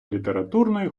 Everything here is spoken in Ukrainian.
літературної